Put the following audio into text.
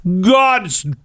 God's